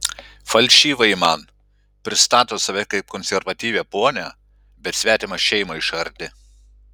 falšyva ji man pristato save kaip konservatyvią ponią bet svetimą šeimą išardė